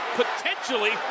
potentially